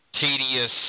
Tedious